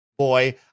boy